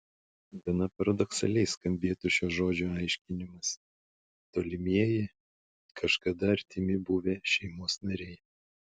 gana paradoksaliai skambėtų šio žodžio aiškinimas tolimieji kažkada artimi buvę šeimos nariai